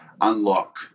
unlock